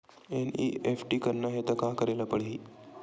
NEFT करना हे त का करे ल पड़हि?